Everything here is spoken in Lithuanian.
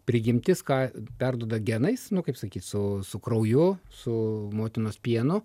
prigimtis ką perduoda genais nu kaip sakyt su su krauju su motinos pienu